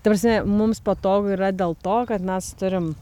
ta prasme mums patogu yra dėl to kad mes turim